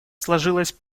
сложилась